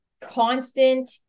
Constant